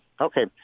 okay